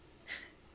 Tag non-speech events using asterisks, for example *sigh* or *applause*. *breath*